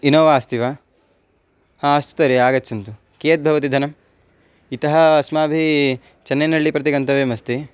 Innova अस्ति वा हा अस्तु तर्हि आगच्छन्तु कियत् भवति धनम् इतः अस्माभिः चन्नैनळ्ळि प्रति गन्तव्यमस्ति